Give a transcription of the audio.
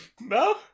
No